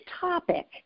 topic